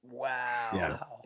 Wow